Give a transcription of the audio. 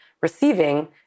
receiving